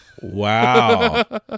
Wow